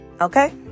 Okay